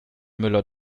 müller